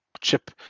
chip